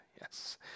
Yes